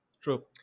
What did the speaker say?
true